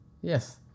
Yes